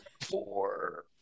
Four